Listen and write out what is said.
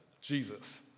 Jesus